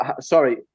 Sorry